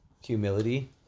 humility